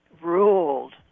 ruled